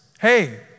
Hey